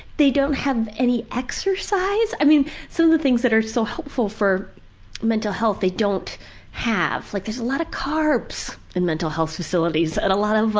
they don't have any exercise. i mean, some of the things that are so helpful for mental health, they don't have, like there's a lot of carbs in mental health facilities and a lot of ah.